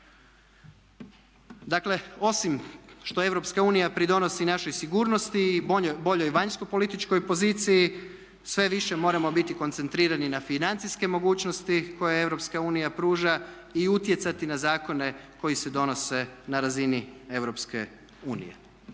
Dakle osim što Europska unija pridonosi našoj sigurnosti i boljoj vanjskopolitičkoj poziciji sve više moramo biti koncentrirani na financijske mogućnosti koje Europska unija pruža i utjecati na zakone koji se donose na razini Europske unije.